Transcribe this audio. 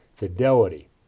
Fidelity